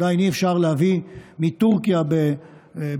עדיין אי-אפשר להביא מטורקיה במכליות,